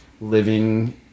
living